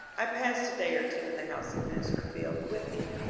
i passed a day or two in the house of mr. fields with him,